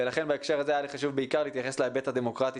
לכן בהקשר הזה היה לי חשוב בעיקר להתייחס להיבט הדמוקרטי